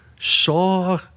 saw